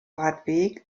radweg